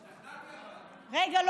רגע.